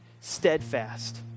steadfast